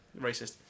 Racist